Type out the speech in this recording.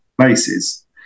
places